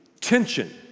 tension